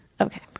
Okay